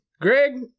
Greg